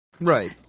Right